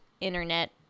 internet